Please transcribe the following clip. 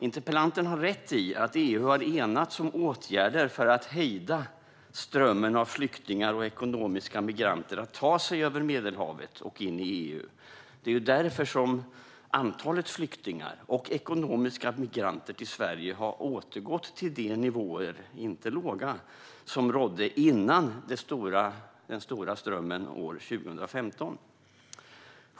Interpellanten har rätt i att EU har enats om åtgärder för att hejda strömmen av flyktingar och ekonomiska migranter som vill ta sig över Medelhavet in i EU. Det är därför som antalet flyktingar och ekonomiska migranter till Sverige har återgått till de nivåer - inte låga - som rådde före den stora strömmen år 2015.